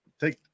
take